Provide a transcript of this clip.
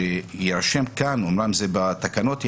שיירשם כאן ואומנם זה ייעשה בתקנות,